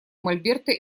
мольберта